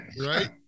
right